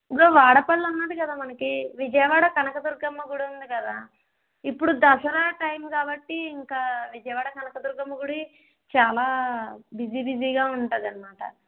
bro Vadapalli ఉంది కదా మనకి విజయవాడ కనక దుర్గమ్మ గుడి ఉంది కదా ఇప్పుడు దసరా టైమ్ కాబట్టి ఇంకా విజయవాడ కనకదుర్గమ్మ గుడి చాలా బిజీ బిజీగా ఉంటుందనమాట